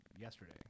yesterday